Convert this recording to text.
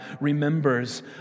remembers